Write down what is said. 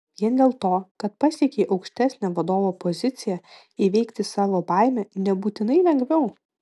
vien dėl to kad pasiekei aukštesnę vadovo poziciją įveikti savo baimę nebūtinai lengviau